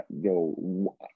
yo